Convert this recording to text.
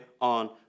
on